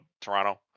Toronto